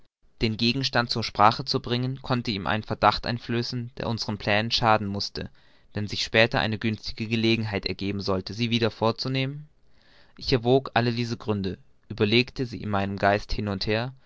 den gegenstand zur sprache zu bringen konnte ihm verdacht einflößen der unseren plänen schaden mußte wenn sich später eine günstige gelegenheit ergeben sollte sie wieder vorzunehmen ich erwog alle diese gründe überlegte sie in meinem geist hin und her